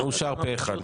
אושר פה אחד.